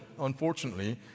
unfortunately